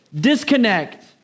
disconnect